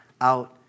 out